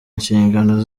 inshingano